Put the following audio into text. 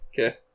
Okay